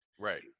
Right